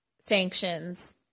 sanctions